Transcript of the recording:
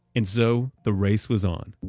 and so the race was on.